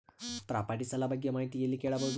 Property ಸಾಲ ಬಗ್ಗೆ ಮಾಹಿತಿ ಎಲ್ಲ ಕೇಳಬಹುದು?